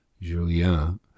Julien